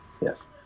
Yes